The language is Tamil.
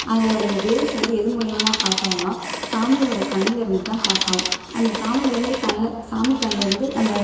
அதுடைய வேவ்ஸ் வந்து எது மூலிமா பாஸ் ஆகும்னா சாமியோட கண்ணிலருந்து தான் பாஸ் ஆகும் அந்த சாமிலிருந்து கண்ணை சாமி கண்லிருந்து நம்ம